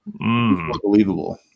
Unbelievable